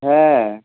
হ্যাঁ